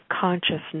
consciousness